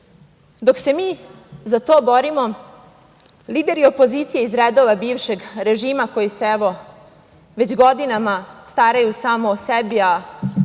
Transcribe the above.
Dok se mi za to borimo, lideri opozicije iz redova bivšeg režima koji se evo već godinama staraju samo o sebe, a